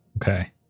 Okay